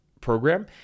program